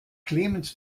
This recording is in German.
clemens